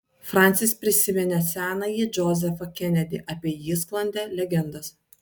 fransis prisiminė senąjį džozefą kenedį apie jį sklandė legendos